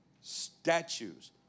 statues